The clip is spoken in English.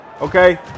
okay